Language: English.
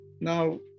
Now